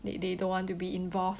they they don't want to be involved